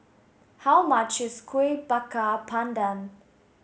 how much is Kuih Bakar Pandan